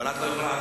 אבל את לא יכולה,